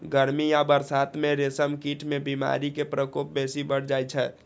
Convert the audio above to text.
गर्मी आ बरसात मे रेशम कीट मे बीमारी के प्रकोप बेसी बढ़ि जाइ छै